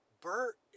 Bert